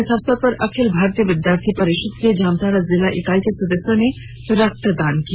इस अवसर पर अखिल भारतीय विद्यार्थी परिषद के जामताड़ा जिला इकाई के सदस्यों ने रक्तदान किया